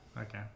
Okay